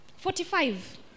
Forty-five